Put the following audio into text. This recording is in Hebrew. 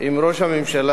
עם ראש הממשלה,